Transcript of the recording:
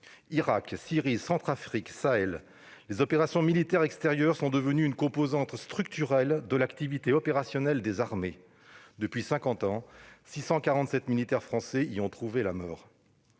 Irak, Syrie, Centrafrique, Sahel : les opérations militaires extérieures sont devenues une composante structurelle de l'activité opérationnelle des armées. Depuis cinquante ans, 647 militaires français y ont trouvé la mort.